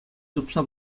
тупса